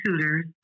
tutors